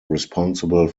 responsible